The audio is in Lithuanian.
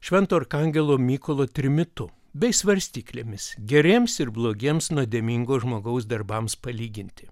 švento arkangelo mykolo trimitu bei svarstyklėmis geriems ir blogiems nuodėmingo žmogaus darbams palyginti